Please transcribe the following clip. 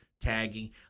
tagging